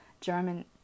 German